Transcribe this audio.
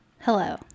hello